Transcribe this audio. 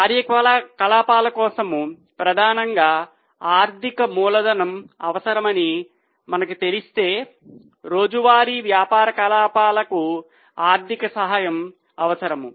కార్యకలాపాల కోసం ప్రధానంగా ఆర్థిక మూలధనం అవసరమని మనకు తెలిస్తే రోజువారీ వ్యాపార కార్యకలాపాలకు ఆర్థిక సహాయం అవసరం